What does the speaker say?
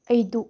ಆಯ್ತು